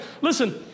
Listen